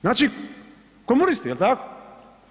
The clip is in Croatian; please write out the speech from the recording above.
Znači komunisti jel tako?